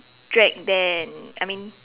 drag then I mean